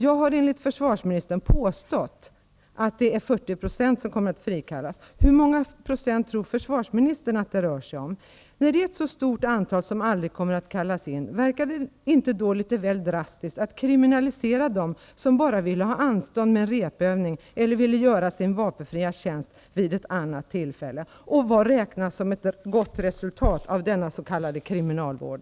Jag har enligt försvarsministern ''påstått'' att det är 40 % som kommer att frikallas. Hur många procent tror försvarsministern att det rör sig om? När det är ett så stort antal som aldrig kommer att kallas in, verkar det då inte litet väl drastiskt att kriminalisera dem som bara vill ha anstånd med en repövning eller vill göra sin vapenfria tjänst vid ett annat tillfälle? Vad räknas som ett gott resultat av denna s.k. kriminalvård?